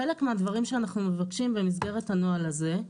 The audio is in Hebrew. חלק מהדברים שאנחנו מבקשים במסגרת הנוהל הזה,